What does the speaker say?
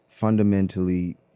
fundamentally